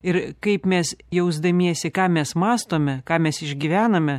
ir kaip mes jausdamiesi ką mes mąstome ką mes išgyvename